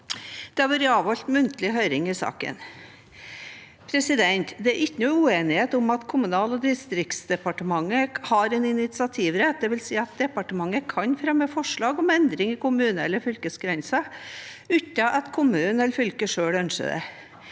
Det har vært avholdt muntlig høring i saken. Det er ingen uenighet om at Kommunal- og distriktsdepartementet har en initiativrett, det vil si at departementet kan fremme forslag om endringer i kommune- eller fylkesgrenser uten at kommunen eller fylket selv ønsker det.